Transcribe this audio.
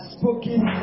spoken